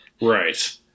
Right